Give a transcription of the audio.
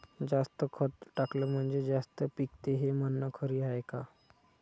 जास्त खत टाकलं म्हनजे जास्त पिकते हे म्हन खरी हाये का?